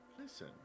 Listen